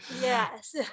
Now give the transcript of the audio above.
Yes